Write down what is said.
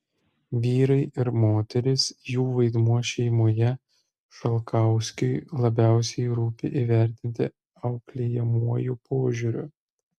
vyrai ir moterys jų vaidmuo šeimoje šalkauskiui labiausiai rūpi įvertinti auklėjamuoju požiūriu